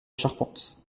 charpente